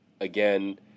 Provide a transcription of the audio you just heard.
Again